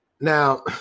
Now